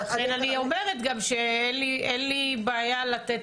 לכן אני אומרת גם שאין לי בעיה לתת